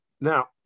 Now